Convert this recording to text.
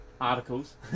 articles